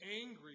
angry